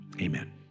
amen